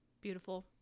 Beautiful